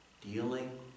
Dealing